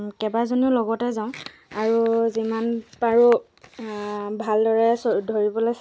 মাছ এটা ডাঙৰ মাছ এটা বেজী কৰি বেজী কৰি তাৰ পিছত বেজী কৰি